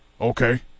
Okay